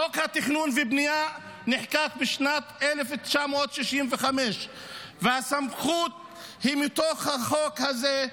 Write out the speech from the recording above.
חוק התכנון והבנייה נחקק בשנת 1965. והסמכות היא מתוך החוק הזה,